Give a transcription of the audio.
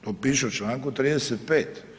To piše u čl. 35.